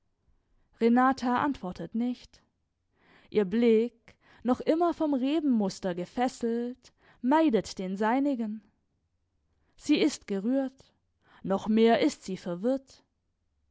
renata antwortet nicht ihr blick noch immer vom rebenmuster gefesselt meidet den seinigen sie ist gerührt noch mehr ist sie verwirrt